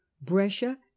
Brescia